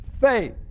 Faith